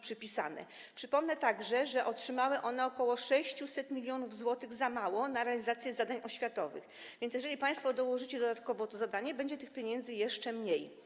Przypomnę także, że otrzymały one ok. 600 mln zł za mało na realizację zadań oświatowych, więc jeżeli państwo dołożycie dodatkowo to zadanie, będzie tych pieniędzy jeszcze mniej.